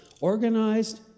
organized